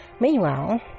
Meanwhile